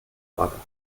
gefordert